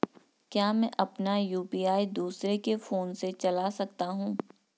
क्या मैं अपना यु.पी.आई दूसरे के फोन से चला सकता हूँ?